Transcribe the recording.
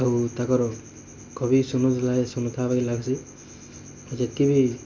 ଆଉ ତାକର କବି ଶୁନୁଥିଲା ଶୁନୁଥା ବୋଲି ଲାଗ୍ସି ଯେତିକି ବି